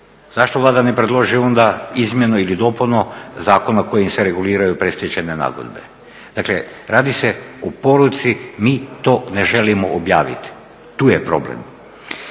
zašto Vlada ne predloži onda izmjenu ili dopunu zakona kojim se reguliraju predstečajne nagodbe? Dakle, radi se o poruci mi to ne želimo objaviti, tu je problem.